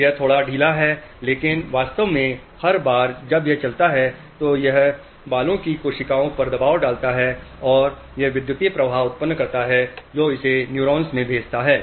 यह थोड़ा ढीला है लेकिन वास्तव में हर बार जब यह चलता है तो यह बालों की कोशिकाओं पर दबाव डालता है और यह विद्युत प्रवाह उत्पन्न करता है जो इसे न्यूरॉन में भेजता है